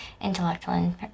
intellectual